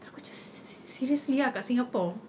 terus aku macam seriously ah kat singapore